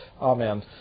Amen